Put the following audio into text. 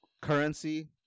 currency